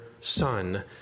son